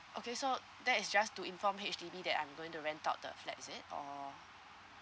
okay so that is just to inform H_D_B that I'm going to rent out the flat is it or